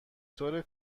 طور